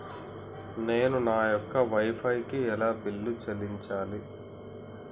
నేను నా యొక్క వై ఫై కి ఎలా బిల్లు చెల్లించాలి?